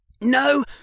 No